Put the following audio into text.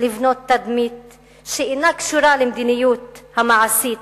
לבנות תדמית שאינה קשורה למדיניות המעשית